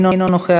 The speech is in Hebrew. אינו נוכח,